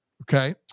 okay